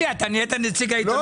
תגיד לי, אתה נהיית נציג העיתונות?